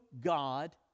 God